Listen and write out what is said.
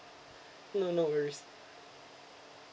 no no worries